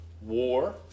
war